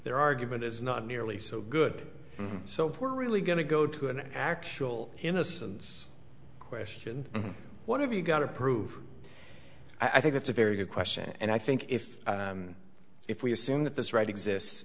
their argument is not nearly so good so poor are really going to go to an actual innocence question what have you got to prove i think that's a very good question and i think if if we assume that this right exist